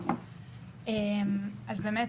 אחד,